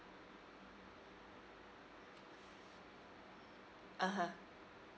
(uh huh)